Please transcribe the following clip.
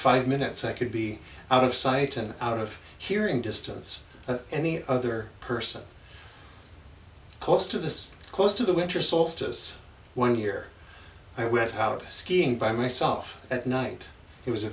five minutes i could be out of sight and out of hearing distance of any other person close to this close to the winter solstice one year i went out skiing by myself at night it was a